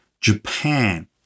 Japan